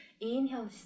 Inhale